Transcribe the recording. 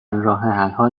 راهحلها